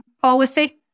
policy